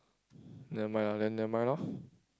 never mind ah then never mind loh